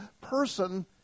person